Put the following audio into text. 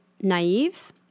naive